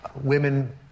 women